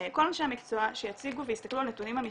מכל אנשי המקצוע שיציגו ויסתכלו על נתונים אמיתיים,